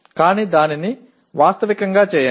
కానీ దానిని వాస్తవికంగా చేయండి